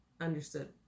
understood